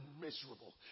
miserable